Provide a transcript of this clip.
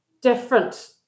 different